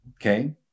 okay